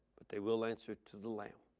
but they will answer to the lamb.